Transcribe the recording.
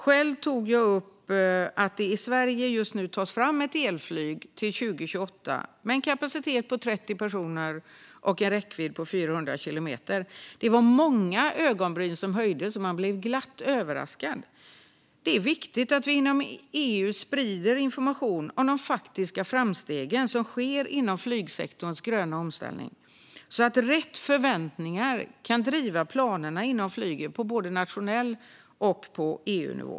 Själv tog jag upp att det i Sverige nu tas fram ett elflygplan till 2028, med kapacitet för 30 personer och en räckvidd på 400 kilometer. Det var många ögonbryn som höjdes, och man blev glatt överraskade. Det är viktigt att vi inom EU sprider information om de faktiska framsteg som sker när det gäller flygsektorns gröna omställning, så att rätt förväntningar kan driva planerna inom flyget på både nationell nivå och EU-nivå.